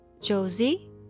Josie